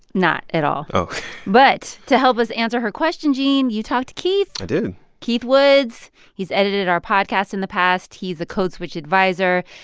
not at all oh but to help us answer her question, gene, you talked to keith i did keith woods he's edited our podcast in the past. past. he's a code switch adviser.